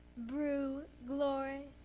brew glory,